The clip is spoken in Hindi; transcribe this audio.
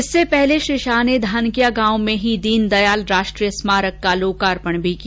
इससे पहले श्री शाह ने धानक्या गांव में ही दीनदयाल राष्ट्रीय स्मारक का लोकार्पण भी किया